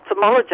ophthalmologist